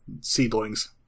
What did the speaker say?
seedlings